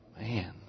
Man